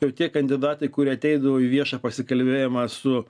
jau tie kandidatai kurie ateidavo į viešą pasikalbėjimą su